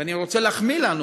ואני רוצה להחמיא לנו,